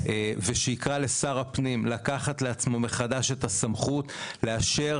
ושיקרא לשר הפנים לקחת לעצמו מחדש את הסמכות לאשר